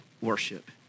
worship